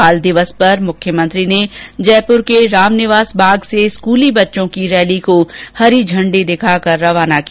बाल दिवस पर मुख्यमंत्री ने जयपुर के रामनिवास बाग से स्कूली बच्चों की रैली को हरी झंडी दिखाकर रवाना किया